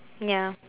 ya